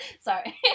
Sorry